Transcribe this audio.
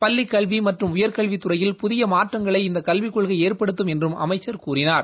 பள்ளிக் கல்வி மற்றும் உயர் கல்வித்துறையில் புதிய மாற்றங்களை இந்த கல்விக் கொள்கை ஏற்படுத்தும் என்றும் அமைச்சர் கூறினார்